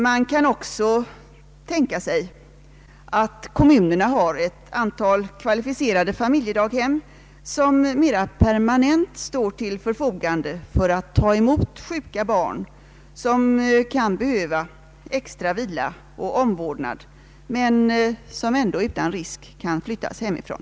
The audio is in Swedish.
Man kan också tänka sig att kommunerna har ett antal kvalificerade familjedaghem som mera permanent står till förfogande för att ta emot sjuka barn som kan behöva extra vila och omvårdnad men som ändå utan risk kan flyttas hemifrån.